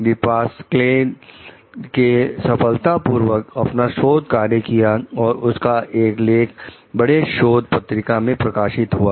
दीपासक्वेल ने सफलतापूर्वक अपना शोध कार्य किया और उनका लेख एक बड़ी शोध पत्रिका में प्रकाशित हुआ